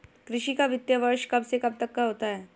कृषि का वित्तीय वर्ष कब से कब तक होता है?